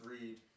read